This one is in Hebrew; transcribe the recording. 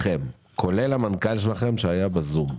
כולל עם המנכ"ל שלכם שהיה בזום.